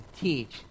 teach